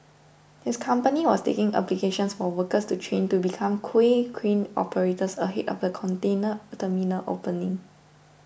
his company was taking applications for workers to train to become quay crane operators ahead of the container terminal opening